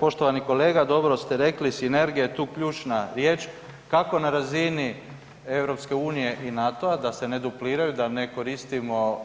Poštovani kolega dobro ste rekli sinergija je tu ključna riječ kako na razini EU i NATO-a da se ne dupliraju da ne koristimo